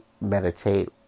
meditate